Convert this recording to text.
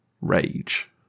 rage